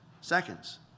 seconds